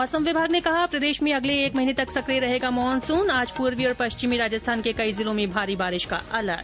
मौसम विभाग ने कहा प्रदेश में अगले एक महीने तक सक्रिय रहेगा मानसून आज पूर्वी और पश्चिमी राजस्थान के कई जिलों में भारी बारिश का अलर्ट